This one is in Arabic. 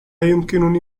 يمكنني